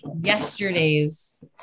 yesterday's